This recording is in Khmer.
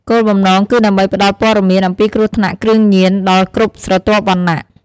គោលបំណងគឺដើម្បីផ្ដល់ព័ត៌មាន អំពីគ្រោះថ្នាក់គ្រឿងញៀនដល់គ្រប់ស្រទាប់វណ្ណៈ។